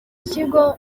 kigo